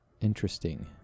interesting